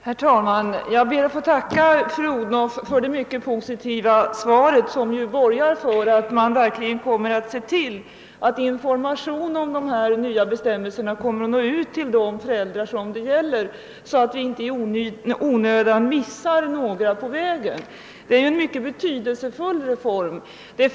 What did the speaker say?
Herr talman! Jag ber att få tacka statsrådet fru Odhnoff för det positiva svaret som borgar för att man verkligen kommer att se till att information om de nya bestämmelserna når ut till de föräldrar det gäller. | Höjningen av bidragsbeloppen och åldersgränsen för bidragsförskott är en mycket betydelsefull reform.